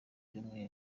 cyumweru